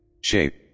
shape